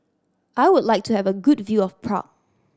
I would like to have a good view of Prague